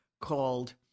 called